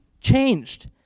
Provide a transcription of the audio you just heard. changed